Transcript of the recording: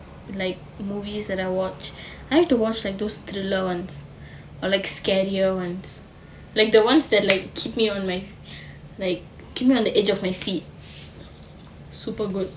like movies that I watch I like to watch like those thriller ones or like scarier ones like the ones that like keep me on like like keep me on my edge of my seat super good